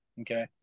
Okay